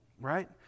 right